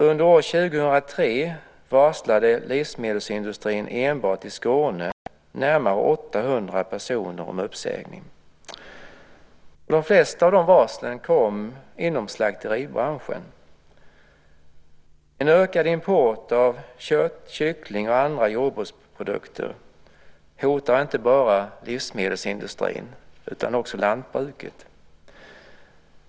Under år 2003 varslade livsmedelsindustrin enbart i Skåne närmare 800 personer om uppsägning. De flesta av dessa varsel kom inom slakteribranschen. En ökad import av kött, kyckling och andra jordbruksprodukter hotar inte bara livsmedelsindustrin utan också lantbruket.